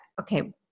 okay